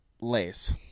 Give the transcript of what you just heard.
lace